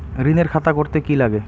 ঋণের খাতা করতে কি লাগে?